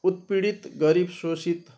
उत्पीडित गरिब शोषित